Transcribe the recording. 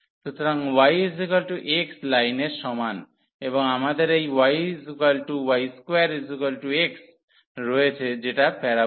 সুতরাং yx লাইনের সমান এবং আমাদের এই yy2 x রয়েছে যেটা প্যারাবোলা